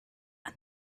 and